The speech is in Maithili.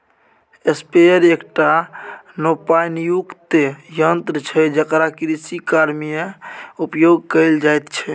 स्प्रेयर एकटा नोपानियुक्त यन्त्र छै जेकरा कृषिकार्यमे उपयोग कैल जाइत छै